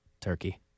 turkey